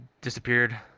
disappeared